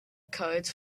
codes